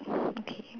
okay